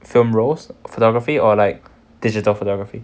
film rolls photography or like digital photography